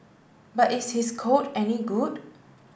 but is his code any good